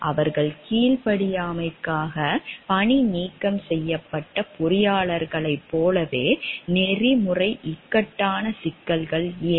அவர்கள் கீழ்ப்படியாமைக்காக பணிநீக்கம் செய்யப்பட்ட பொறியாளர்களைப் போலவே நெறிமுறை இக்கட்டான சிக்கல்கள் ஏன்